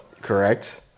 Correct